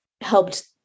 helped